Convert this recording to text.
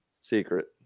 secret